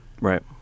Right